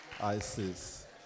Isis